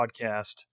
podcast